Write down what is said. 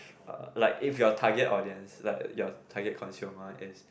uh like if your target audience like your target consumer is